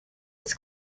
its